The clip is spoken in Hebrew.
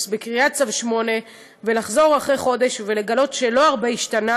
בקריאת צו 8 ולחזור אחרי חודש ולגלות שלא הרבה השתנה,